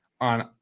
on